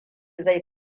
zai